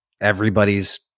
everybody's